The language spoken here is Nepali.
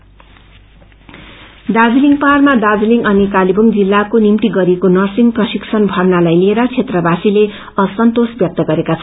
नरसिंग दार्जीलिङ पहाड़मा दार्जीलिङ अनि कालेबुङ जिल्लाको निम्ति गरिएको नर्सिंग प्रशिक्षण धर्नालाई लिएर क्षेत्रवासीले असन्तोस ब्यक्त गरेका छन्